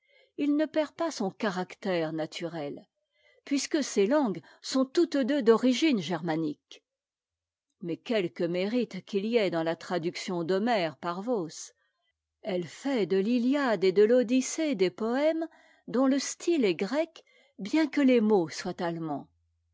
il ne perd pas son caractère naturel puisque ces langues sont toutes deux d'origine germanique mais quelque mérite qu'il y ait dans la traduction d'homère par voss elle fait de l'iliade et de l'odyssée des poëmes dont le style est grec bien que les mots soient allemands